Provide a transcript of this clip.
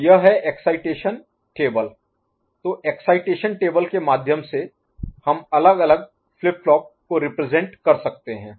तो यह है एक्साइटेशन टेबल तो एक्साइटेशन टेबल के माध्यम से हम अलग फ्लिप फ्लॉप को रिप्रजेंट कर सकते हैं